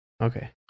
Okay